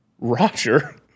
Roger